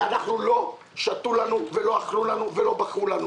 לא שתו לנו ולא אכלו לנו ולא בכו לנו.